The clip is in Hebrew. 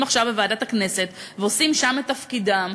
עכשיו בוועדת הכנסת ועושים שם את תפקידם,